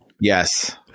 Yes